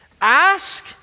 Ask